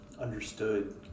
understood